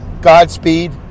Godspeed